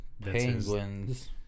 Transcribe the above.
Penguins